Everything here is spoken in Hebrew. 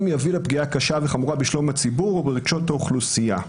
יביא לפגיעה קשה וחמורה בשלום הציבור וברגשות האוכלוסייה.